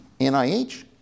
NIH